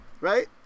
Right